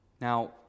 Now